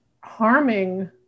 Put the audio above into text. harming